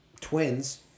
twins